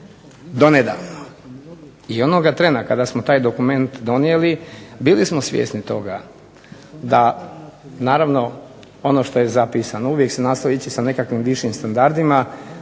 donedavno, i onoga trena kada smo taj dokument donijeli bili smo svjesni toga da naravno ono što je zapisano, uvijek se nastoji ići sa nekakvim višim standardima,